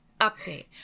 Update